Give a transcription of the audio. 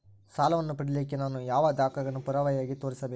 ಸಾಲವನ್ನು ಪಡಿಲಿಕ್ಕೆ ನಾನು ಯಾವ ದಾಖಲೆಗಳನ್ನು ಪುರಾವೆಯಾಗಿ ತೋರಿಸಬೇಕ್ರಿ?